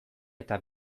eta